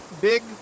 big